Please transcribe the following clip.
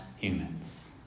humans